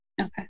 Okay